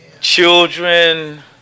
Children